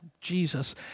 Jesus